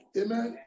Amen